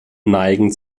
neigen